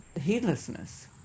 heedlessness